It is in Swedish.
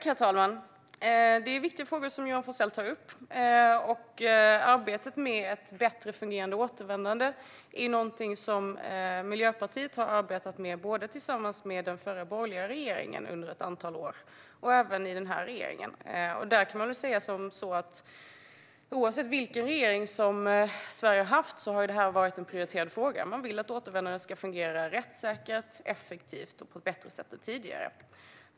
Herr talman! Det är viktiga frågor som Johan Forssell tar upp. Ett bättre fungerande återvändande har Miljöpartiet arbetat med både tillsammans med den förra, borgerliga regeringen under ett antal år och i den här regeringen. Oavsett vilken regering som Sverige har haft har det här varit en prioriterad fråga. Man vill att återvändandet ska fungera rättssäkert, effektivt och på ett bättre sätt än tidigare.